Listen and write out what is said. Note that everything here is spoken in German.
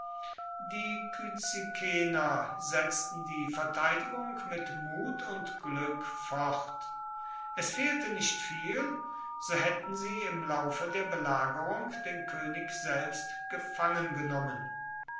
setzten die verteidigung mit mut und glück fort es fehlte nicht viel so hätten sie im laufe der belagerung den könig selbst